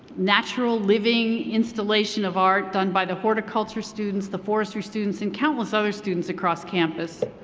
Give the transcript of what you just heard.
natural living installation of art done by the horticulture students, the forestry students and countless other students across campus.